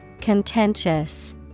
Contentious